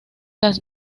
las